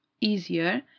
easier